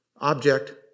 object